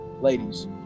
ladies